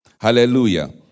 Hallelujah